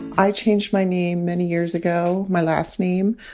i changed my name many years ago, my last name,